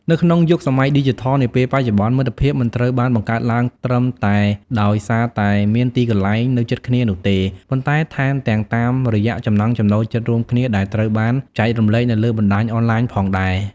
នៅក្នុងយុគសម័យឌីជីថលនាពេលបច្ចុប្បន្ន មិត្តភាពមិនត្រូវបានបង្កើតឡើងត្រឹមតែដោយសារតែមានទីកន្លែងនៅជិតគ្នានោះទេ ប៉ុន្តែថែមទាំងតាមរយៈចំណង់ចំណូលចិត្តរួមគ្នាដែលត្រូវបានចែករំលែកនៅលើបណ្ដាញអនឡាញផងដែរ។